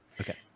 okay